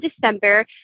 December